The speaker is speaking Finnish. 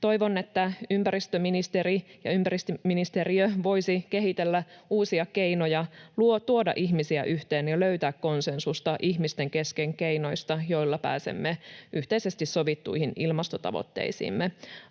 Toivon, että ympäristöministeriö voisi kehitellä uusia keinoja tuoda ihmisiä yhteen ja löytää konsensusta ihmisten kesken keinoista, joilla pääsemme yhteisesti sovittuihin ilmastotavoitteisiimme.